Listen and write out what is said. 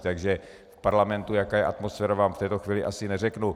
V parlamentu, jaká je atmosféra, vám v této chvíli asi neřeknu.